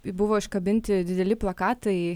buvo iškabinti dideli plakatai